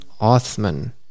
Othman